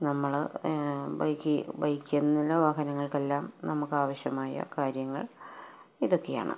നമ്മള് ബൈക്ക് ബൈക്കെന്നല്ല വാഹനങ്ങൾക്കെല്ലാം നമുക്കാവശ്യമായ കാര്യങ്ങൾ ഇതൊക്കെയാണ്